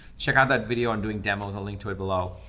check out that video on doing demos, i'll link to it below.